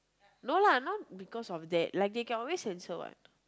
no lah not because of that like they can always censor what